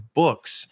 books